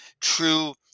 true